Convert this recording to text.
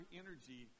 energy